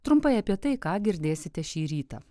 trumpai apie tai ką girdėsite šį rytą